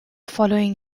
following